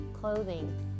clothing